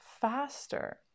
faster